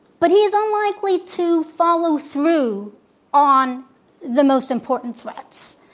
but he's unlikely to follow through on the most important threats,